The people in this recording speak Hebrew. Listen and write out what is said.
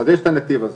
אז יש את הנתיב הזה.